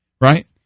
right